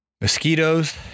mosquitoes